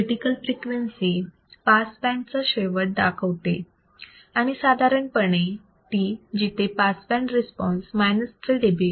critical frequency pass बँडचा शेवट दाखवते आणि साधारणपणे ती जिथे pass band response 3 dB or 70